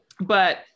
But-